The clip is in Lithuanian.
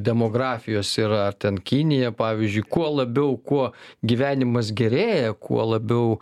demografijos yra ar ten kinija pavyzdžiui kuo labiau kuo gyvenimas gerėja kuo labiau